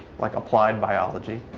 like applied biology,